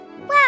Wow